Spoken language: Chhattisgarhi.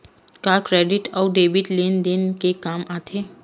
का क्रेडिट अउ डेबिट लेन देन के काम आथे?